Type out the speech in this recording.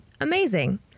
Amazing